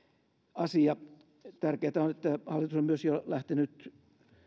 asia tärkeätä on että hallitus on myös jo lähtenyt